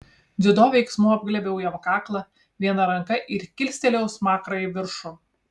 dziudo veiksmu apglėbiau jam kaklą viena ranka ir kilstelėjau smakrą į viršų